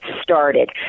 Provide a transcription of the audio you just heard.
started